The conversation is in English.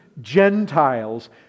Gentiles